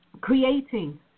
creating